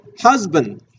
husband